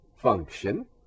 function